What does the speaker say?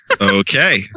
Okay